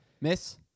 Miss